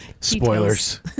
Spoilers